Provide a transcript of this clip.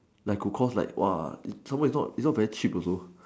like could cost like !wah! some more is not is not very cheap also